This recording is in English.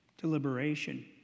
deliberation